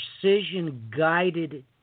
precision-guided